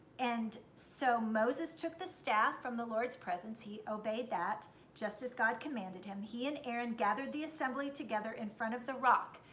and so moses took the staff from the lord's presence he obeyed that just as god commanded him. he and aaron gathered the assembly together in front of the rock.